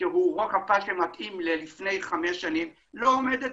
שהוא רוחב פס שמתאים לזמן שלפני חמש שנים ולא עומד בעומס.